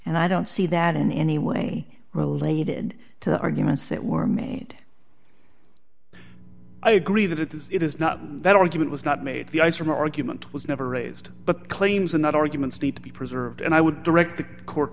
and i don't see that in any way related to the arguments that were made i agree that it is it is not that argument was not made the ice cream argument was never raised but claims are not arguments need to be preserved and i would direct the court